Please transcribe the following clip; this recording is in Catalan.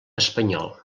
espanyol